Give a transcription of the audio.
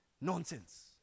nonsense